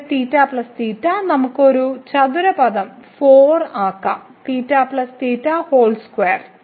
ഇവിടെ നമുക്ക് ഇവിടെ ഒരു ചതുരപദത്തെ 4 ആക്കാം